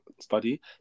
study